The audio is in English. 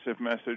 message